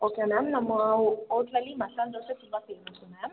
okay ma'am ನಮ್ಮ ಓಟ್ಲಲ್ಲಿ ಮಸಾಲೆ ದೋಸೆ ತುಂಬ ಫೇಮಸ್ಸು ಮ್ಯಾಮ್